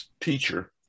teacher